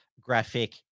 graphic